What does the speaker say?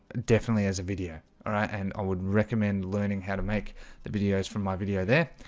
definitely as a video. alright, and i would recommend learning how to make the videos from my video there